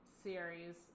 series